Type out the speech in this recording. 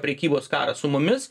prekybos karą su mumis